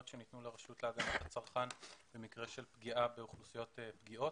שניתנו לרשות להגנת הצרכן במקרה של פגיעה באוכלוסיות פגיעות.